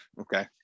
Okay